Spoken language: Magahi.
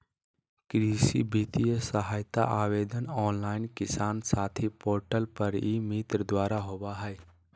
कृषि वित्तीय सहायता आवेदन ऑनलाइन किसान साथी पोर्टल पर ई मित्र द्वारा होबा हइ